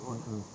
mm mm